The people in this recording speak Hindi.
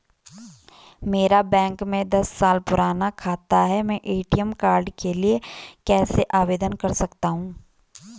मेरा बैंक में दस साल पुराना खाता है मैं ए.टी.एम कार्ड के लिए कैसे आवेदन कर सकता हूँ?